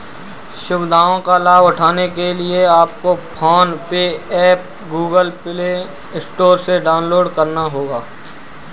सुविधाओं का लाभ उठाने के लिए आपको PhonePe app Google play store से डाउनलोड करना होगा